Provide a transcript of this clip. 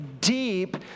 deep